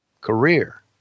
career